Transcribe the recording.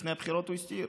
לפני הבחירות הוא הסתיר,